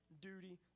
duty